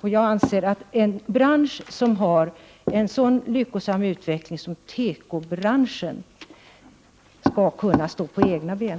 Jag anser att en bransch som har en så lyckosam utveckling som tekobranschen skall kunna stå på egna ben.